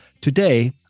Today